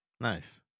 Nice